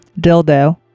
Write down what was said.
dildo